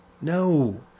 No